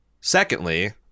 Secondly